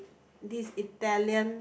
this Italian